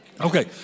Okay